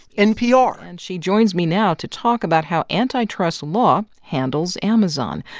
npr and she joins me now to talk about how antitrust law handles amazon.